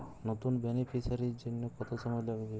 নতুন বেনিফিসিয়ারি জন্য কত সময় লাগবে?